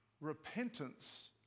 repentance